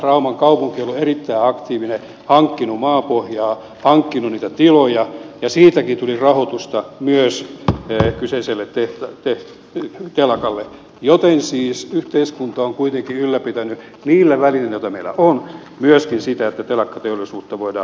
rauman kaupunki on ollut erittäin aktiivinen hankkinut maapohjaa hankkinut niitä tiloja ja siitäkin tuli rahoitusta myös kyseiselle telakalle joten siis yhteiskunta on kuitenkin ylläpitänyt niillä välineillä joita meillä on myöskin sitä että telakkateollisuutta voidaan harrastaa